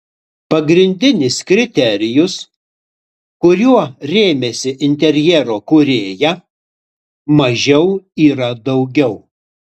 pagrindinis kriterijus kuriuo rėmėsi interjero kūrėja mažiau yra daugiau